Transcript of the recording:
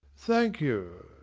thank you.